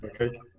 Okay